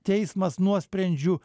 teismas nuosprendžiu